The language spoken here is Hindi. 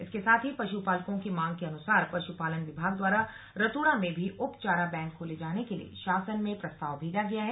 इसके साथ ही पश्पालको की मांग के अनुसार पश्पालन विभाग द्वारा रतूड़ा में भी उप चारा बैंक खोले जाने के लिए शासन में प्रस्ताव भेजा गया है